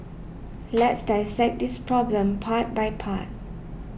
let's dissect this problem part by part